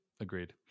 agreed